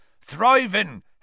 Thriving